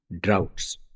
droughts